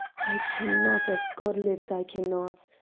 i can not as god lives, i can not.